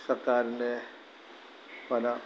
സർക്കാരിൻ്റെ പല